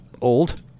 old